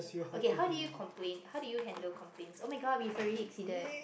okay how do you complain how do you handle complaints oh-my-god we have already exceeded